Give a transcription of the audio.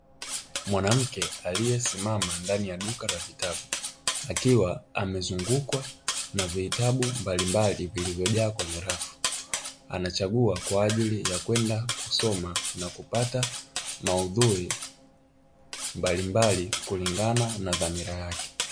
Mwanamke aliyesimama ndani ya duka la vitabu akiwa amezungukwa na vitabu mbalimbali vilivyojaa kwenye rafu, anachagua kwa ajili ya kwenda kusoma na kupata maudhui mbalimbali kulingana na dhamira yake.